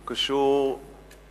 הוא קשור למשא-ומתן